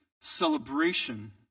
celebration